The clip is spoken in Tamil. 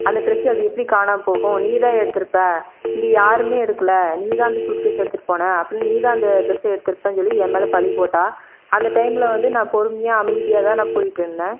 அந்த ட்ரெஸ் அது எப்படி காணாமல் போகும் நீதான் எடுத்திருப்ப இங்கே யாருமே எடுக்கலை நீதான் அந்த சூட்கேஸை எடுத்துகிட்டு போன அப்போனா நீதான் அந்த ட்ரெஸ்ஸை எடுத்திருப்பேன்னு சொல்லி என் மேலே பழி போட்டாள் அந்த டைமில் வந்து நான் பொறுமையாக அமைதியாகதான் நான் போய்கிட்டுருந்தேன்